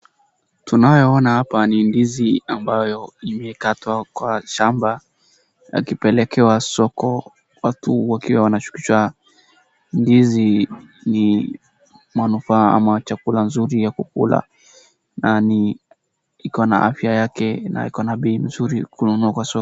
Tunayoona hapa ni ndizi ambayo imekatwa kwa shamba akipelekewa soko, watu wakiwa wanashukisha ndizi hii ni manufaa ama chakula nzuri ya kukula na iko na afya yake na iko na bei nzuri kununua kwa soko.